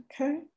okay